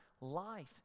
life